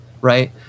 right